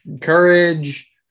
Courage